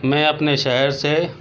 میں اپنے شہر سے